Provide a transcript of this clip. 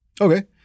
Okay